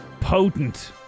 potent